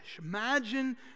Imagine